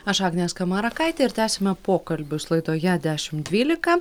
aš agnė skamarakaitė ir tęsiame pokalbius laidoje dešim dvylika